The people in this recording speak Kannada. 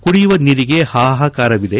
ಕುಡಿಯುವ ನೀರಿಗೆ ಹಾಹಾಕಾರವಿದೆ